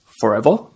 forever